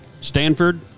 Stanford